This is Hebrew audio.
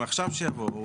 עכשיו שיבואו.